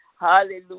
Hallelujah